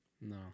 No